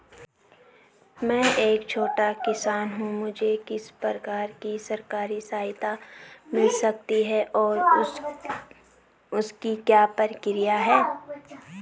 मैं एक छोटा किसान हूँ मुझे किस प्रकार की सरकारी सहायता मिल सकती है और इसकी क्या प्रक्रिया है?